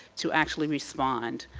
to actually respond.